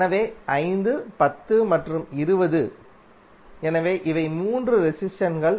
எனவே 5 10 மற்றும் 20 எனவே இவை 3 ரெசிஸ்டென்ஸ்கள்